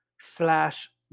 slash